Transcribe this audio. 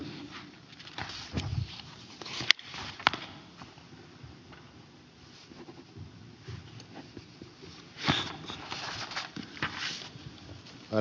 arvoisa puhemies